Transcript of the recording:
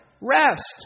Rest